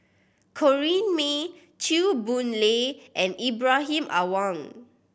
Corrinne May Chew Boon Lay and Ibrahim Awang